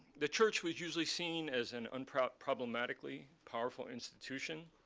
the church was usually seen as an unproblematically powerful institution.